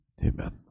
Amen